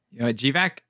GVAC